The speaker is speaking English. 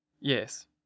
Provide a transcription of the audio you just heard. Yes